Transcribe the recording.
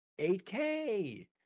8K